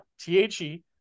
T-H-E